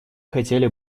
хотели